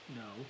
no